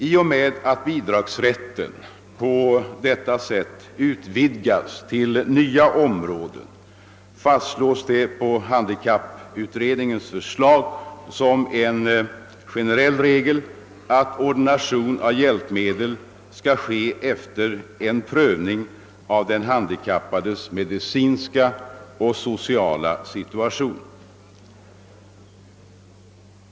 I och med att bidragsrätten på detta sätt utvidgas till nya områden fastslås det på handikapputredningens förslag som en generell regel, att ordination av hjälpmedel skall ske efter en prövning av den handikappades medicinska och sociala situation.